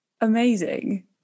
amazing